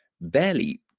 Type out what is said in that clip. barely